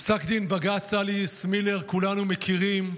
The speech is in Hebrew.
את פסק דין בג"ץ אליס מילר כולנו מכירים,